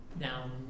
Now